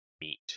meet